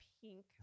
pink